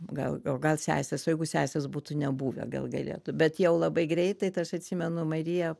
gal o gal sesės jeigu sesės būtų nebuvę gal galėtų bet jau labai greitai tai aš atsimenu marija